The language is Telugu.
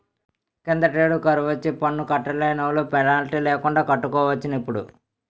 కిందటేడు కరువొచ్చి పన్ను కట్టలేనోలు పెనాల్టీ లేకండా కట్టుకోవచ్చటిప్పుడు